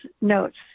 notes